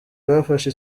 bwafashe